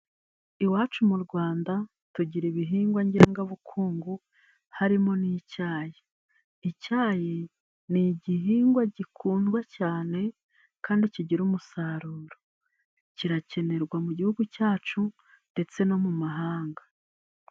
Iwacu mu Rwanda tugira ibihingwa ngengabukungu, harimo n'icyayi. Icyayi ni igihingwa gikundwa cyane kandi kigira umusaruro, kirakenerwa mu gihugu cyacu ndetse no mu mahanga.